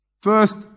First